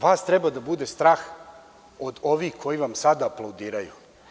Vas treba da bude strah od ovih koji vam sada aplaudiraju.